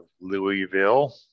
Louisville